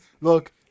Look